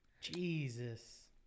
Jesus